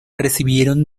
recibieron